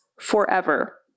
forever